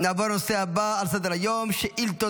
נעבור לנושא הבא על סדר-היום: שאילתות